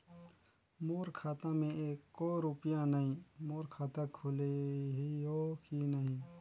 मोर खाता मे एको रुपिया नइ, मोर खाता खोलिहो की नहीं?